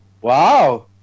Wow